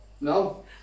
No